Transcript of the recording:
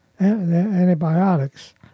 antibiotics